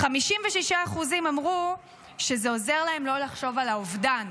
56% אמרו שזה עוזר להם לא לחשוב על האובדן,